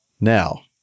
now